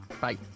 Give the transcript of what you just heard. Bye